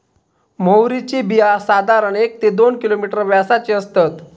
म्होवरीची बिया साधारण एक ते दोन मिलिमीटर व्यासाची असतत